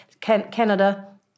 Canada